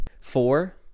Four